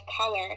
color